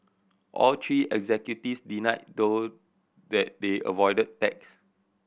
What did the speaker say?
all three executives denied though that they avoided tax